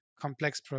complex